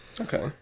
okay